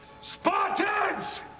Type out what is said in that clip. Spartans